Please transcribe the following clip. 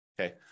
Okay